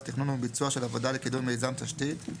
תכנון וביצוע של עבודה לקידום מיזם תשתית,